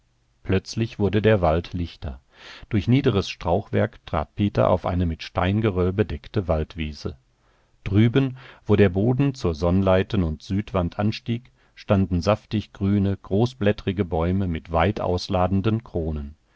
plötzlich wurde der wald lichter durch niederes strauchwerk trat peter auf eine mit steingeröll bedeckte waldwiese drüben wo der boden zur sonnleiten und südwand anstieg standen saftig grüne großblättrige bäume mit weit ausladenden kronen